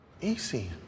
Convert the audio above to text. Easy